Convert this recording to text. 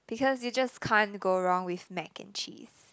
because you just can't go wrong with mac and cheese